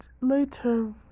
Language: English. later